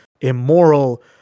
immoral